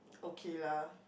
okay lah